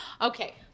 Okay